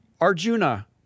Arjuna